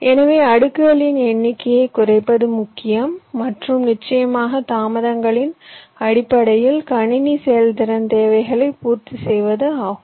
எனவே அடுக்குகளின் எண்ணிக்கையைக் குறைப்பது முக்கியம் மற்றும் நிச்சயமாக தாமதங்களின் அடிப்படையில் கணினி செயல்திறன் தேவைகளைப் பூர்த்தி செய்வது ஆகும்